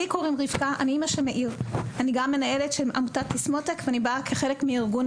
אני אימא של מאיר, אני באה כחלק מארגון